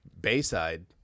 Bayside